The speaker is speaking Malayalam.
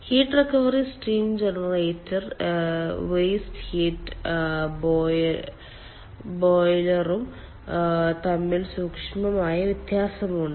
ഹീറ്റ് റിക്കവറി സ്റ്റീം ജനറേറ്ററും വേസ്റ്റ് ഹീറ്റ് ബോയിലറും തമ്മിൽ സൂക്ഷ്മമായ വ്യത്യാസമുണ്ട്